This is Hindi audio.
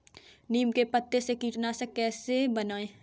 नीम के पत्तों से कीटनाशक कैसे बनाएँ?